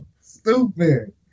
Stupid